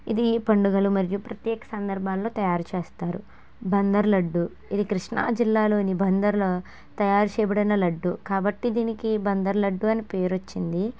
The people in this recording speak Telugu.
ఇది పండుగలు మరియు ప్రత్యేక సందర్భాల్లో తయారు చేస్తారు బందర్ లడ్డు ఇది కృష్ణాజిల్లాలోని బందర్లో తయారుచేయబడిన లడ్డు కాబట్టి దీనికి బందర్ లడ్డు అని పేరు వచ్చింది